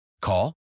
Call